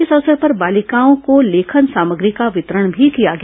इस अवसर पर बालिकाओं को लेखन सामग्री का वितरण भी किया गया